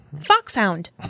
foxhound